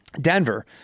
Denver